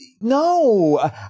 no